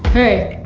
hey,